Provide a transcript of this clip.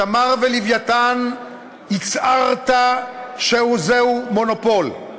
"תמר" ו"לווייתן" הצהרת שזהו מונופול.